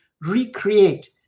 recreate